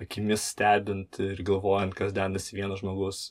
akimis stebint ir galvojant kas dedasi vieno žmogus